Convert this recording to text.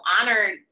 honored